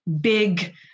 big